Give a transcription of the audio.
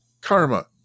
karma